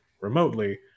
remotely